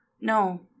No